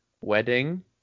wedding